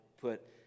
put